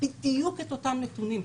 בדיוק את אותם נתונים: